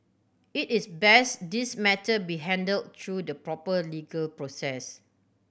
it is best this matter be handle through the proper legal process